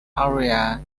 area